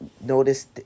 noticed